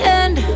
end